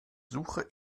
suche